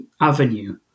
avenue